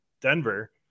denver